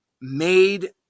made